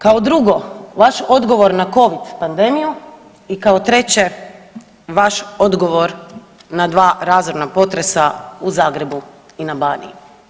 Kao drugo vaš odgovor na covid pandemiju i kao treće vaš odgovor na dva razorna potresa u Zagrebu i na Baniji.